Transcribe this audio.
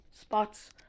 spots